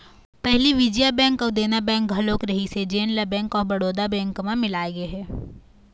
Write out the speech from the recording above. पहली विजया बेंक अउ देना बेंक घलोक रहिस हे जेन ल बेंक ऑफ बड़ौदा बेंक म मिलाय गे हे